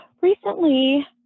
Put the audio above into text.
recently